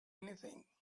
anything